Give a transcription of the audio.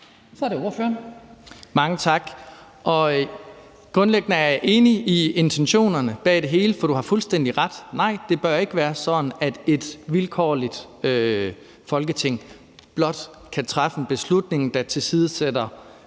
Hommeltoft (S): Mange tak. Grundlæggende er jeg enig i intentionerne bag det hele, for du har fuldstændig ret. Nej, det bør ikke være sådan, at et vilkårligt Folketing blot kan træffe en beslutning, der tilsidesætter